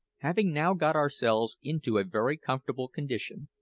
having now got ourselves into a very comfortable condition,